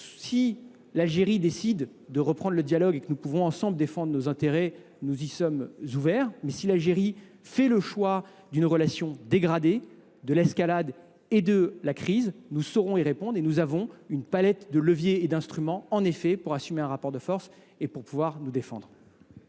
L'Algérie décide de reprendre le dialogue et que nous pouvons ensemble défendre nos intérêts. Nous y sommes ouverts. Mais si l'Algérie fait le choix d'une relation dégradée, de l'escalade et de la crise, nous saurons y répondre. Et nous avons une palette de leviers et d'instruments, en effet, pour assumer un rapport de force et pour pouvoir nous défendre.